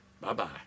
Bye-bye